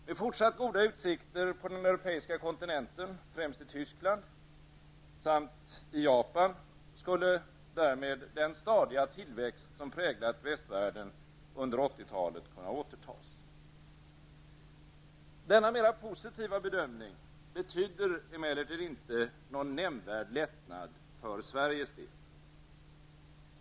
Med fortsatt goda utsikter på den europeiska kontinenten, främst i Tyskland, samt i Japan skulle därmed den stadiga tillväxt som präglat västvärlden under 1980-talet kunna återtas. Denna mera positiva bedömning betyder emellertid inte någon nämnvärd lättnad för Sveriges del.